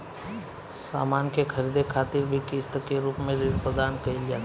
सामान के ख़रीदे खातिर भी किस्त के रूप में ऋण प्रदान कईल जाता